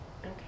Okay